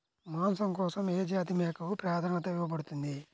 మాంసం కోసం ఏ జాతి మేకకు ప్రాధాన్యత ఇవ్వబడుతుంది?